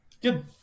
Good